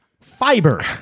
fiber